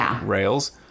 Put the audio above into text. rails